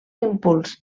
impuls